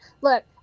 Look